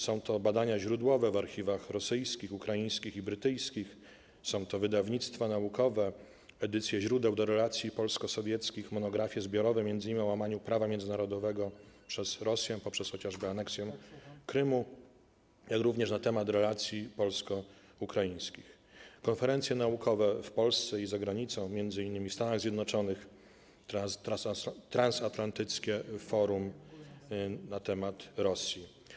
Są to badania źródłowe w archiwach rosyjskich, ukraińskich i brytyjskich, wydawnictwa naukowe, edycje źródeł do relacji polsko-sowieckich, monografie zbiorowe, m.in. o łamaniu prawa międzynarodowego przez Rosję poprzez chociażby aneksję Krymu, również na temat relacji polsko-ukraińskich, konferencje naukowe w Polsce i za granicą, m.in. w Stanach Zjednoczonych, transatlantyckie forum na temat Rosji.